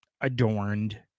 adorned